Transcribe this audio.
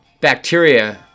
bacteria